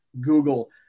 Google